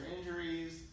injuries